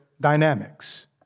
dynamics